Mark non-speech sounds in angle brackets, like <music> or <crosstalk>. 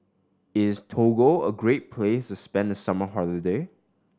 is Togo a great place <unintelligible> spend summer holiday